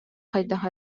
хайдах